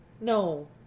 No